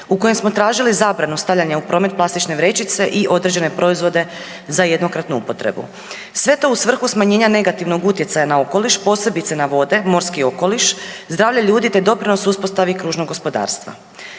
u kojem smo tražili zabranu stavljanja u promet plastične vrećice i određene proizvode za jednokratnu upotrebu. Sve to u svrhu smanjenja negativnog utjecaja na okoliš, posebice na vode, morski okoliš, zdravlje ljudi, te doprinos uspostavi kružnog gospodarstva.